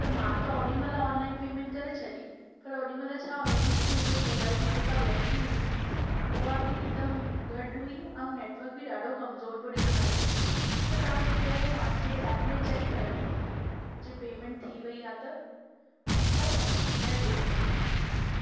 त मां त ओॾी महिल ऑनलाइन पेमेंट करे छॾी पर ओॾी महिल छा हुओ न की मुंहिंजे मोबाइल जी जेका बैटरी हुई न उहा बि हिकदमु घटि हुई अऊं नेटवर्क बि ॾाढो कमज़ोरु पियो ॾेखारे त तव्हां हिकु दफ़ो पंहिंजे ऐप में चैक कयो न जे पेमेंट थी वई आहे त ठीक आहे भाउ जय झूलेलालु